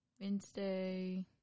Wednesday